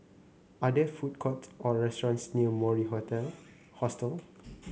are there food courts or restaurants near Mori Hostel